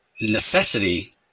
necessity